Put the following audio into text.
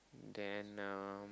then uh